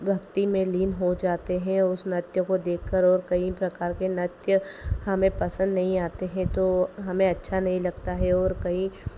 भक्ति में लीन हो जाते हैं उस नृत्य को देख कर और कई प्रकार के नृत्य हमें पसंद नहीं आते हैं तो हमें अच्छा नहीं लगता है और कई